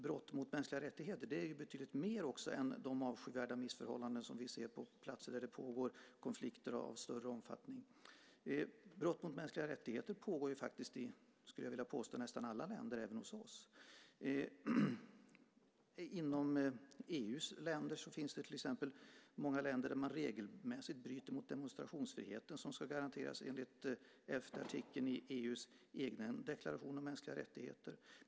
Brott mot mänskliga rättigheter är betydligt mer än de avskyvärda missförhållanden som vi ser på platser där det pågår konflikter av större omfattning. Brott mot mänskliga rättigheter pågår i nästan alla länder, även hos oss, skulle jag vilja påstå. Inom EU finns det till exempel många länder där man regelmässigt bryter mot demonstrationsfriheten, som ska garanteras enligt FN-artikeln i EU:s egen deklaration om mänskliga rättigheter.